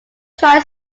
tri